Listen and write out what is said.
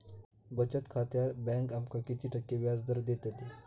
बचत खात्यार बँक आमका किती टक्के व्याजदर देतली?